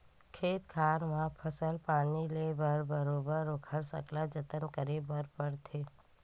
खेत खार म फसल पानी ले बर बरोबर ओखर सकला जतन करे बर परथे